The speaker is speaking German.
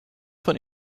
von